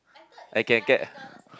I can get